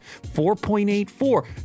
4.84